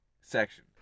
section